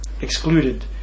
excluded